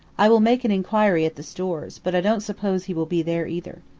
i will make an inquiry at the stores, but i don't suppose he will be there either.